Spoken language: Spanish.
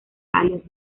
alias